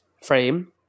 frame